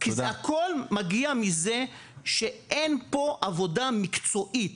כי הכול מגיע מזה שאין פה עבודה מקצועית,